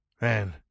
Man